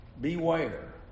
Beware